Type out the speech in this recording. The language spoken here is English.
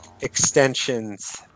extensions